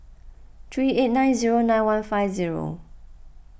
three eight nine zero nine one five zero